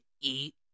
Eat